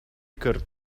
curd